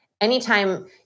Anytime